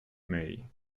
may